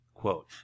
quote